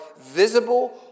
visible